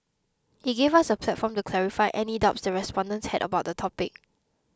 it gave us a platform to clarify any doubts the respondents had about the topic